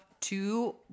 two